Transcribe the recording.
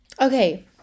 Okay